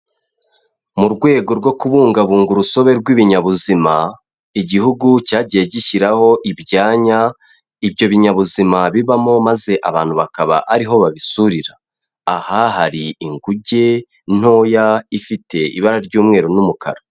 Mu rwego rwo kubungabunga urusobe rw'ibinyabuzima, igihugu cyagiye gishyiraho ibyanya ibyo binyabuzima bibamo maze abantu bakaba ariho babisurira. Aha hari inguge ntoya ifite ibara ry'umweru n'umukara.